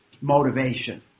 motivation